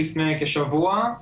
לפני כשבוע,